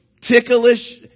ticklish